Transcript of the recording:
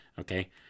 Okay